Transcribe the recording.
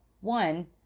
One